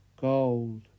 gold